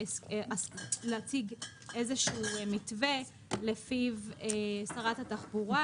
להציג מתווה לפיו שרת התחבורה,